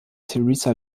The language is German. theresa